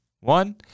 One